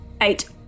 Eight